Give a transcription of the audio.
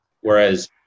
Whereas